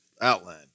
outline